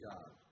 God